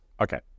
Okay